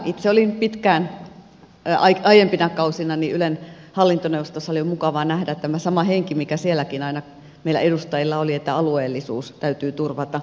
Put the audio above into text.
itse olin pitkään aiempina kausina ylen hallintoneuvostossa ja on mukava nähdä tämä sama henki mikä sielläkin aina meillä edustajilla oli että alueellisuus täytyy turvata